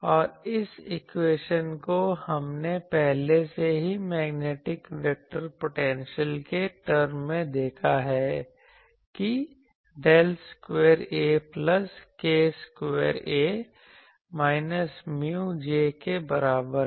और इस इक्वेशन को हमने पहले से ही मैग्नेटिक वेक्टर पोटेंशियल के टरम में देखा है कि del square A plus k square A minus mu J के बराबर है